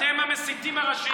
אתם המסיתים הראשיים.